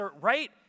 right